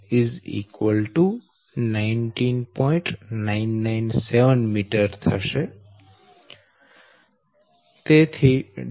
997 m Deq13 9